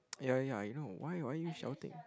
ya ya I know why why are you shouting